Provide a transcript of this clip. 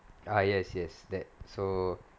ah yes yes that so